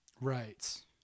right